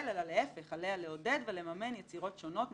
אלא להיפך עליה לעודד ולממן יצירות שונות,